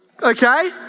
okay